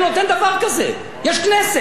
יש כנסת, יש ועדה.